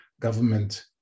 government